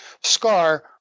scar